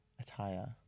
attire